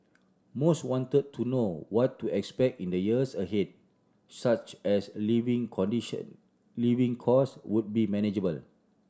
most wanted to know what to expect in the years ahead such as living condition living cost would be manageable